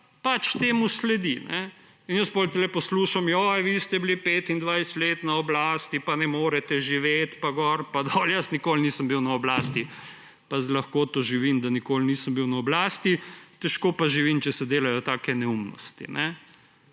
temu sledi. Jaz potem tukaj poslušam, joj, vi ste bili 25 let na oblasti pa ne morete živeti in gor in dol. Jaz nisem nikoli bil na oblasti pa z lahkoto živim, da nikoli nisem bil na oblasti. Težko pa živim, če se delajo take neumnosti.